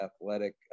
athletic